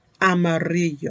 Amarillo